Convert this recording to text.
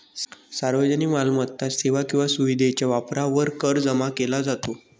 सार्वजनिक मालमत्ता, सेवा किंवा सुविधेच्या वापरावर कर जमा केला जातो